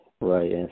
Right